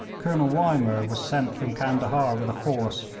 colonel wymer was sent from candahar with a force,